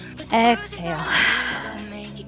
Exhale